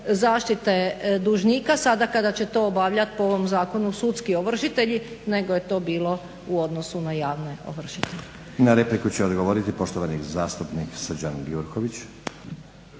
zaštite dužnika sada kada će to obavljat po ovom zakonu sudski ovršitelji nego je to bilo u odnosu na javne ovršitelje. **Stazić, Nenad (SDP)** Na repliku će odgovoriti poštovani zastupnik Srđan Gjurković.